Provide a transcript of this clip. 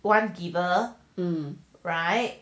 one giver right